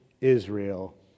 Israel